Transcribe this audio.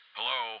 Hello